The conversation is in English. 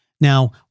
Now